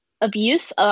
abuse